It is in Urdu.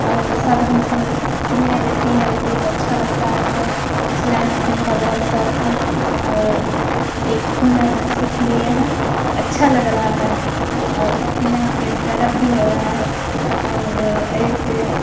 اور سب ہم کو سلنے دیتی ہے بہت اچھا لگتا ہے ہم کو سلائی مشین کا بہت شوق تھا اور ایک ہنر ہم سیکھ لیے ہیں اچھا لگ رہا ہے اور اپنے آپ پہ گرو بھی ہو رہا ہے اور ایسے